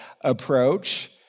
approach